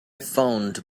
phoned